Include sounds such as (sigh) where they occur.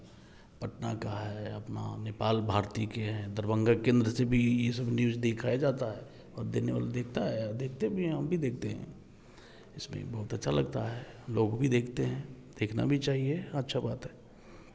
पटना का है अपना नेपाल भारती के हैं दरभंगा केंद्र से भी यह सब (unintelligible) दिखाया जाता है और देखने वाला देखता है देखते भी हैं हम भी देखते हैं इसमें बहुत अच्छा लगता है लोग भी देखते हैं देखना भी चाहिए अच्छा बात है